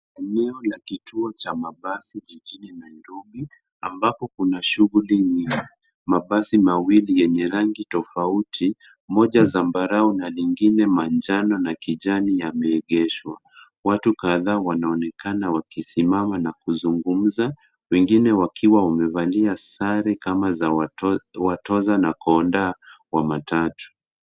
Eneo la kituo cha mabasi jijini Nairobi, ambapo kuna shughuli nyingi. Mabasi mawili yenye rangi tofauti, moja zambarau na nyingine manjano na kijani yameegeshwa. Watu kadhaa wanaonekana wakisimama na kuzungumza, wengine wakiwa wamevalia sare kama za watoza na konda wa matatu.